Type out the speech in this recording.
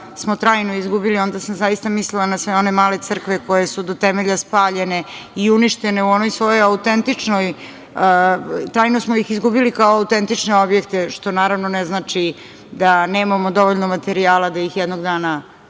smo trajno izgubili, onda sam zaista mislila na sve one male crkve koje su do temelja spaljene i uništene u onoj svojoj autentičnoj. Trajno smo ih izgubili kao autentične objekte, što naravno ne znači da nemamo dovoljno materijala da ih jednog dana